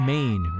Main